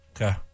Okay